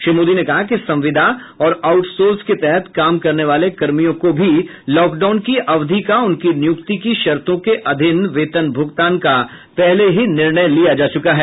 श्री मोदी ने कहा कि संविदा और आउटसोर्स के तहत काम करने वाले कर्मियों को भी लॉकडाउन की अवधि का उनकी नियुक्ति की शर्तों के अधिन वेतन भूगतान का पहले ही निर्णय लिया जा चुका है